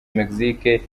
mexique